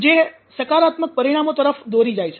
જે સકારાત્મક પરિણામો તરફ દોરી જાય છે